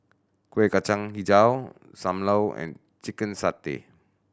Kueh Kacang Hijau Sam Lau and chicken satay